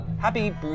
happy